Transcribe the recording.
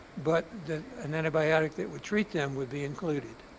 but that an antibiotic that would treat them would be included